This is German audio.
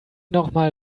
nochmal